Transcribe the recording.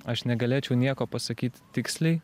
aš negalėčiau nieko pasakyti tiksliai